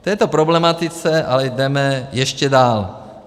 V této problematice ale jdeme ještě dál.